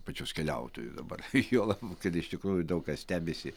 pačius keliautojus dabar juolab kad iš tikrųjų daug kas stebisi